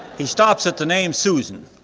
he stops at the name susan,